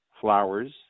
flowers